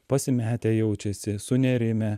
pasimetę jaučiasi sunerimę